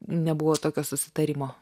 nebuvo tokio susitarimo